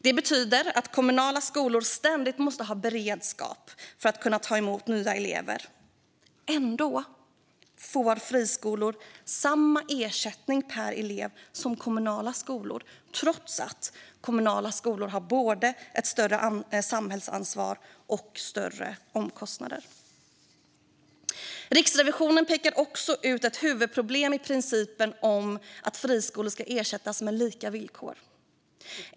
Det betyder att kommunala skolor ständigt måste ha beredskap att kunna ta emot nya elever. Ändå får friskolor samma ersättning per elev som kommunala skolor, trots att kommunala skolor har både ett större samhällsansvar och större omkostnader. Riksrevisionen pekar också ut ett huvudproblem i principen om att friskolor ska ersättas med lika villkor.